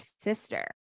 sister